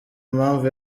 impamvu